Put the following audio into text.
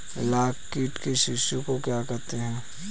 लाख कीट के शिशु को क्या कहते हैं?